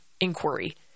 inquiry